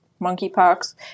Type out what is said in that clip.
monkeypox